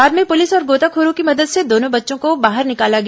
बाद में पुलिस और गोताखोरों की मदद से दोनों बच्चों को बाहर निकाला गया